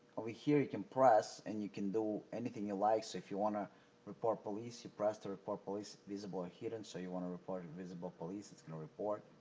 over here, you can press and you can do anything you like so, if you want to report police, you press the report police. visible ah hidden. so, if you want to report invisible police it's gonna report.